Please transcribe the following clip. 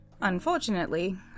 Unfortunately